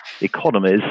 economies